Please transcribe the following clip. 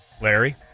Larry